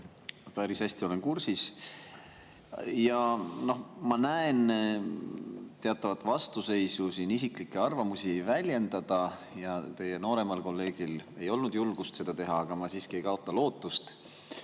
päris hästi kursis. Ma näen siin teatavat vastuseisu isiklike arvamuste väljendamisele ja teie nooremal kolleegil ei olnud julgust seda teha, aga ma siiski ei kaota lootust.